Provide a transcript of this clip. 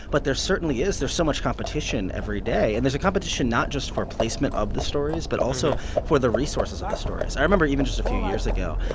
but there certainly is. there's so much competition every day, and there's a competition not just for placement of the stories, but also for the resources of the stories. i remember even just a few years ago,